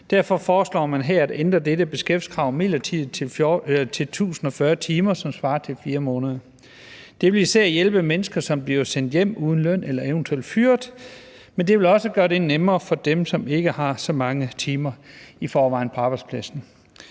Derfor foreslår man her at ændre dette beskæftigelseskrav midlertidigt til 1.040 timer, som svarer til 4 måneder. Det vil især hjælpe mennesker, som bliver sendt hjem uden løn eller eventuelt fyret, men det vil også gøre det nemmere for dem, som ikke har så mange timer i forvejen på arbejdspladsen.